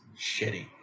shitty